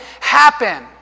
happen